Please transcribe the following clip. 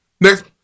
Next